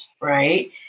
right